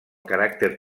caràcter